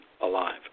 alive